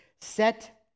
set